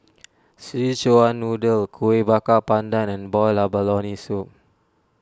Szechuan Noodle Kuih Bakar Pandan and Boiled Abalone Soup